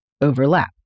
overlap